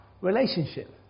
relationship